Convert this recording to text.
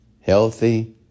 healthy